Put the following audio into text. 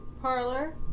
parlor